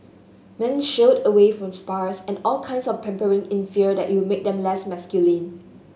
men shied away from spas and all kinds of pampering in fear that it would make them less masculine